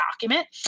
document